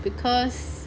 because